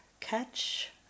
catch